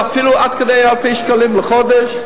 ואפילו עד כדי אלפי שקלים לחודש.